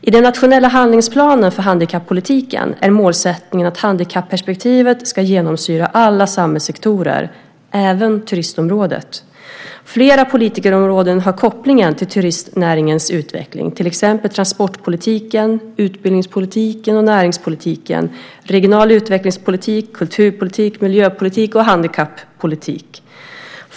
I den nationella handlingsplanen för handikappolitiken är målsättningen att handikapperspektivet ska genomsyra alla samhällssektorer, även turistområdet. Flera politikområden har koppling till turistnäringens utveckling, till exempel transportpolitik, utbildningspolitik, näringspolitik, regional utvecklingspolitik, kulturpolitik, miljöpolitik och handikappolitik.